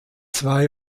zwei